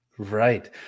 Right